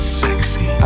sexy